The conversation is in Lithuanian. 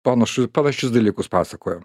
panašu panašius dalykus pasakojo